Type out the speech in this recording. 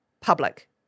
Public